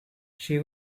she